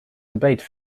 debate